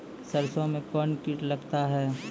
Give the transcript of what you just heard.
सरसों मे कौन कीट लगता हैं?